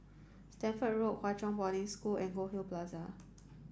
Stamford Road Hwa Chong Boarding School and Goldhill Plaza